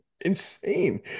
insane